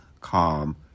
calm